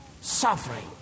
suffering